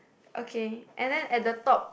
okay and then at the top